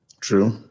True